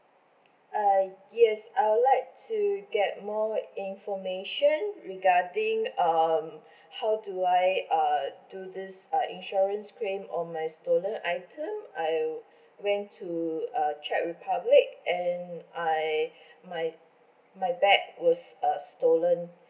uh yes I would like to get more like information regarding um how do I uh do this uh insurance claim on my stolen item I went to uh czech republic and I my my bag was uh stolen